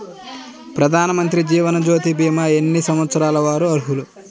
ప్రధానమంత్రి జీవనజ్యోతి భీమా ఎన్ని సంవత్సరాల వారు అర్హులు?